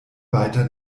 weiter